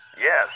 Yes